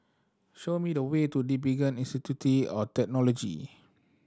show me the way to DigiPen Institute of Technology